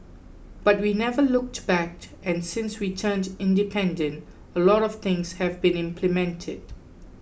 but we never looked back and since we turned independent a lot of things have been implemented